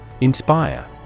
Inspire